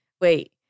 Wait